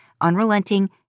unrelenting